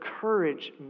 courage